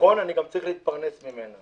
נכון שאני גם צריך להתפרנס ממנה.